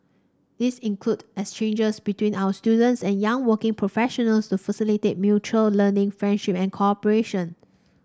these include exchanges between our students and young working professionals to facilitate mutual learning friendship and cooperation